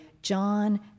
John